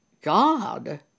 God